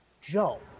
Joe